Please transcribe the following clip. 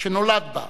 שנולד בה,